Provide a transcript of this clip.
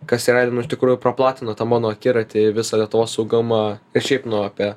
kas realiai nu iš tikrųjų praplatino tą mano akiratį į visą lietuvos saugumą ir šiaip nu apie